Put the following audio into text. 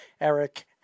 Eric